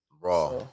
Raw